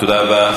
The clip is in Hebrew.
תודה רבה.